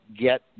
get